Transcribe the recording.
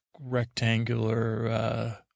rectangular